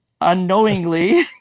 unknowingly